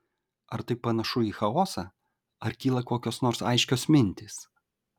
ar tai panašu į chaosą ar kyla kokios nors aiškios mintys